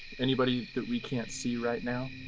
anybody that we can't see right now.